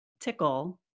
tickle